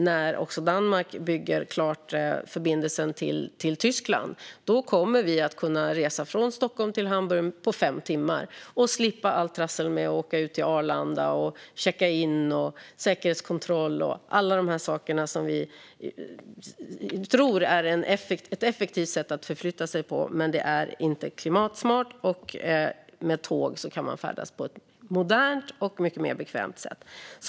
När Danmark bygger klart förbindelsen till Tyskland kommer vi att kunna resa från Stockholm till Hamburg på fem timmar och slippa allt trassel med att åka ut till Arlanda, checka in, gå igenom säkerhetskontroll och alla de här sakerna. Vi tror att det är ett effektivt sätt att förflytta sig på, men det är inte klimatsmart. Med tåg kan man färdas på ett modernt och mycket mer bekvämt sätt.